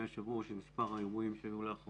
היושב ראש את מספר האירועים שהיו לאחרונה